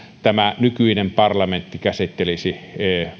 nykyinen parlamentti käsittelisi